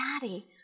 Daddy